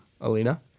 Alina